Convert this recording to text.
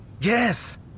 Yes